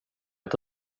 att